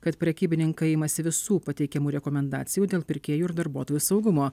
kad prekybininkai imasi visų pateikiamų rekomendacijų dėl pirkėjų ir darbuotojų saugumo